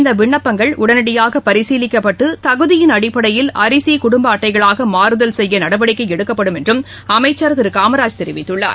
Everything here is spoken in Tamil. இந்தவிணப்பங்கள் உடனடியாகபரிசீலிக்கப்பட்டுதகுதியின் அடிப்படையில் அரிசிகுடும்பஅட்டைகளாகமாறுதல் செய்யநடவடிக்கைஎடுக்கப்படும் என்றும் அமைச்சர் திருகாமராஜ் தெரிவித்துள்ளார்